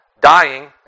Dying